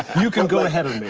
you can go ahead of me.